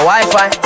Wi-Fi